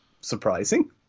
surprising